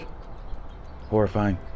horrifying